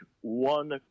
one